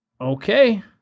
Okay